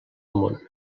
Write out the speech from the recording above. món